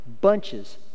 Bunches